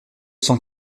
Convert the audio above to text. cent